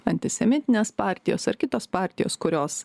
antisemitinės partijos ar kitos partijos kurios